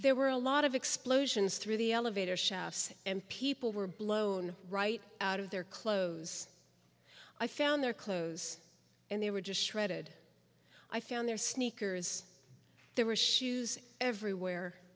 there were a lot of explosions through the elevator shafts and people were blown right out of their clothes i found their clothes and they were just shredded i found their sneakers there was shoes everywhere